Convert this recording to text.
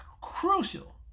crucial